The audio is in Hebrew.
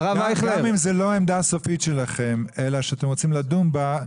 גם אם זו לא העמדה הסופית שלכם אלא שאתם רוצים לדון בה,